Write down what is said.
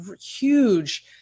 huge